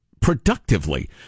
productively